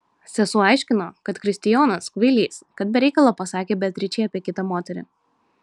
sesuo aiškino kad kristijonas kvailys kad be reikalo pasakė beatričei apie kitą moterį